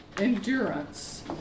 endurance